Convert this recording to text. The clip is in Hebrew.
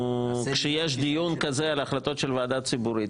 כשיש דיון כזה על החלטות של הוועדה הציבורית,